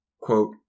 quote